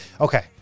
okay